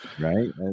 right